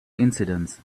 incidents